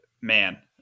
Man